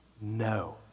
no